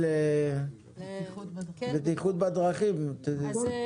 שלמה עם שלם, סמנכ"ל חברת אל-על, איתנו?